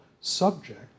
subject